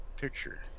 picture